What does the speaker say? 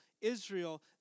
Israel